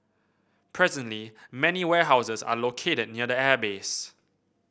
presently many warehouses are located near the airbase